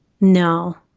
No